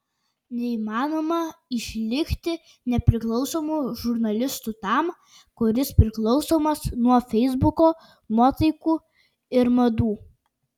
neįmanoma išlikti nepriklausomu žurnalistu tam kuris priklausomas nuo feisbuko nuotaikų ir madų